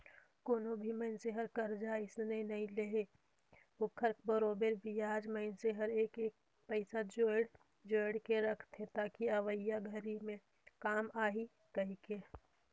कोनो भी मइनसे हर करजा अइसने नइ हे ओखर बरोबर बियाज मइनसे हर एक एक पइसा जोयड़ जोयड़ के रखथे ताकि अवइया घरी मे काम आही कहीके